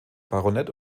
baronet